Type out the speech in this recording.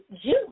June